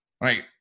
right